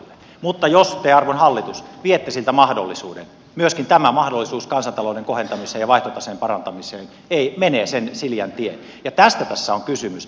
mutta jos te arvon hallitus viette siltä mahdollisuuden myöskin tämä mahdollisuus kansantalouden kohentamiseen ja vaihtotaseen parantamiseen menee sen siliän tien ja tästä tässä on kysymys